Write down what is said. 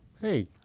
hey